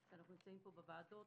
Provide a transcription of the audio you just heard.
אנחנו נמצאים פה בוועדות,